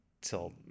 till